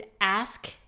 ask